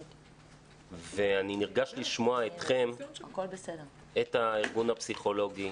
אני נרגש לשמוע אתכם, את ארגון הפסיכולוגים,